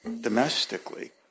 domestically